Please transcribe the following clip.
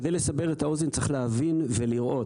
כדי לסבר את האוזן צריך להבין ולראות,